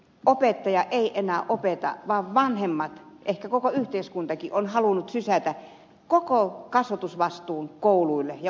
opettaja ei enää opeta vaan vanhemmat ehkä koko yhteiskuntakin on halunnut sysätä koko kasvatusvastuun kouluille ja opettajille